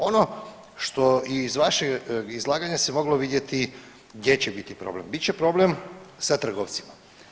Ono što iz vašeg izlaganja se moglo vidjeti gdje će biti problem, bit će problem sa trgovcima.